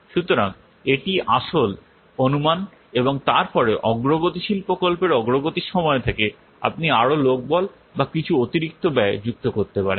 সুতরাং এটি আসল অনুমান এবং তারপরে অগ্রগতিশীল প্রকল্পের অগ্রগতির সময় থেকে আপনি আরও লোকবল বা কিছু অতিরিক্ত ব্যয় যুক্ত করতে পারেন